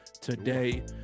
today